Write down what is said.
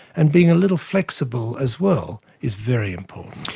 and being a little flexible as well, is very important.